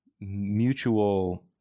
mutual